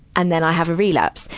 and then i have a relapse.